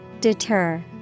Deter